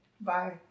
Bye